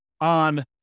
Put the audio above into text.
on